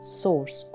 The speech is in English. source